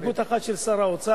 הסתייגות אחת של שר האוצר,